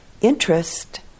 interest